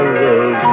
love